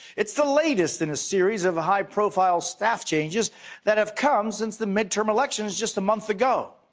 it's the latest in a series of high profile staff changes that have come since the midterm elections just a month ago.